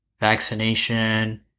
vaccination